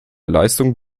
leistung